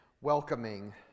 welcoming